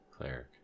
Cleric